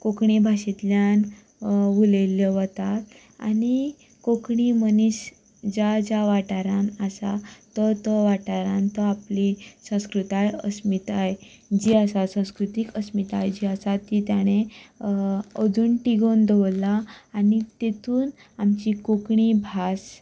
कोंकणी भाशेंतल्यान उलयल्ल्यो वता आनी कोंकणी मनीस ज्या ज्या वाठारांत आसा तो तो वाठारांत तो आपली संस्कृताय अस्मिताय जी आसा सस्कृतीक अस्मिताय जी आसा ती ताणें अजून टिगोवन दवरला आनी तांतूंत आमची कोंकणी भास